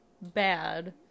bad